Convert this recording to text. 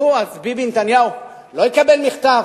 נו, אז ביבי נתניהו לא יקבל מכתב?